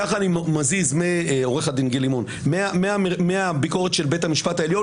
כך אני מזיז מהביקורת של בית המשפט העליון